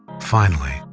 finally,